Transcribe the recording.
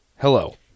hello